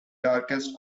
darkest